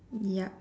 yup